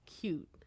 cute